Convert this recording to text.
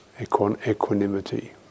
equanimity